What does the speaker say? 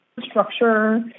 structure